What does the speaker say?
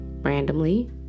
randomly